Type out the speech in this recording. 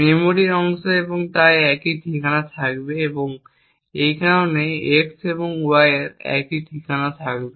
মেমরির অংশ এবং তাই একই ঠিকানা থাকবে এবং এই কারণেই x এবং y একই ঠিকানা থাকবে